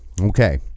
okay